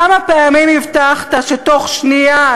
כמה פעמים הבטחת שתוך שנייה,